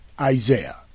Isaiah